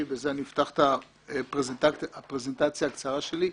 ובזה אני אפתח את הפרזנטציה הקצרה שלי.